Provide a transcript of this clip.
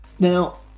Now